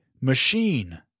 machine